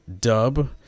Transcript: Dub